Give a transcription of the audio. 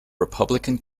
republican